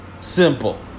Simple